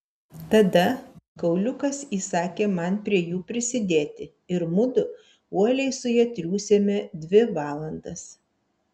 tada kauliukas įsakė man prie jų prisidėti ir mudu uoliai su ja triūsėme dvi valandas